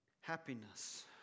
happiness